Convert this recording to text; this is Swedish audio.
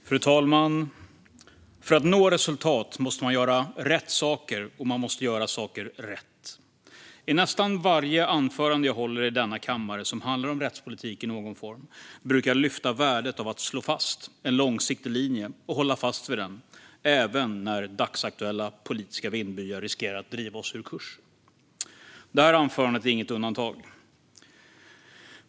Fru talman! För att man ska nå resultat måste man göra rätt saker, och man måste göra saker rätt. I nästan varje anförande jag håller i denna kammare, som handlar om rättspolitik i någon form, brukar jag lyfta fram värdet av att slå fast en långsiktig linje och hålla fast vid den, även när dagsaktuella politiska vindbyar riskerar att driva oss ur kurs. Detta anförande är inget undantag.